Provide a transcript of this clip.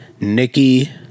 Nikki